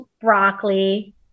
broccoli